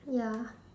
ya